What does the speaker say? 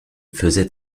faisait